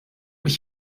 mich